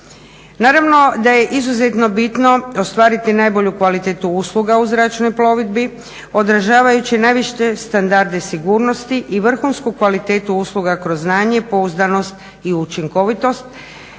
Naravno da je izuzetno bitno ostvariti najbolju kvalitetu usluga u zračnoj plovidbi, odražavajući najviše standarde sigurnosti i vrhunsku kvalitetu usluga kroz znanje, pouzdanost i učinkovitost.